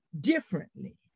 differently